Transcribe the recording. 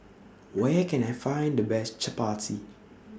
Where Can I Find The Best Chappati